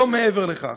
לא מעבר לכך.